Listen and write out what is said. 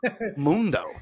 Mundo